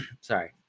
Sorry